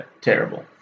Terrible